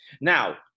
Now